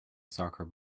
soccer